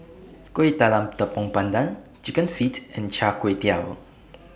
Kuih Talam Tepong Pandan Chicken Feet and Char Kway Teow